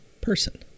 person